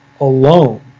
alone